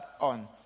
on